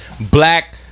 black